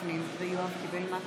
מצביע צחי הנגבי,